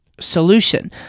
solution